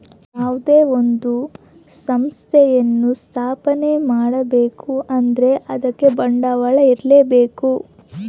ಯಾವುದೇ ಒಂದು ಸಂಸ್ಥೆಯನ್ನು ಸ್ಥಾಪನೆ ಮಾಡ್ಬೇಕು ಅಂದ್ರೆ ಅದಕ್ಕೆ ಬಂಡವಾಳ ಇರ್ಲೇಬೇಕು